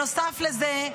נוסף לזה,